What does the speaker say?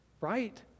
right